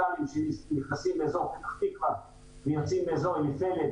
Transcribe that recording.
-- כשנכנסים לאזור פתח-תקווה ויוצאים באזור עין כרם,